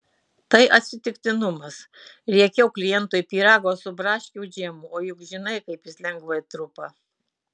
tai atsitiktinumas riekiau klientui pyrago su braškių džemu o juk žinai kaip jis lengvai trupa